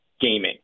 gaming